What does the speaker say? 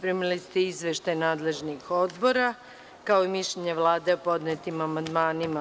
Primili ste izveštaje nadležnih odbora, kao i mišljenje Vlade o podnetim amandmanima.